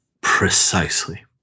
Precisely